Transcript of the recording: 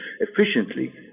efficiently